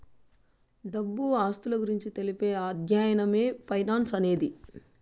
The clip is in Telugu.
డబ్బు ఆస్తుల గురించి తెలిపే అధ్యయనమే ఫైనాన్స్ అనేది